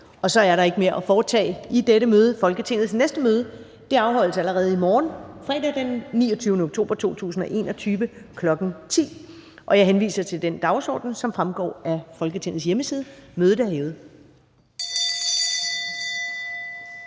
Der er ikke mere at foretage i dette møde. Folketingets næste møde afholdes allerede i morgen, fredag den 29. oktober 2021, kl. 10.00. Jeg henviser til den dagsorden, som fremgår af Folketingets hjemmeside. Mødet er hævet.